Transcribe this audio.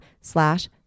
slash